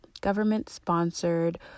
government-sponsored